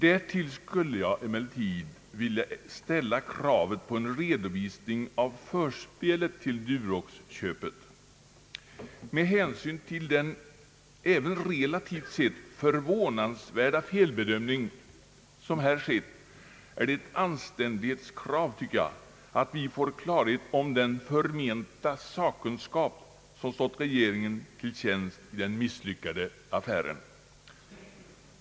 Därjämte skulle jag ytterligare och med tyngd vilja ställa kravet på en redovisning av förspelet till Duroxköpet. Med hänsyn till den även relativt sett förvånansvärda felbedömning som här skett är det enligt min uppfattning ett anständighetskrav att vi får klarhet om den förmenta sakkunskap som stått regeringen till tjänst i den misslyckade affären.